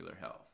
health